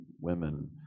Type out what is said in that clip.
women